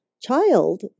child